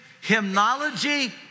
hymnology